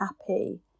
happy